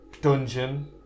dungeon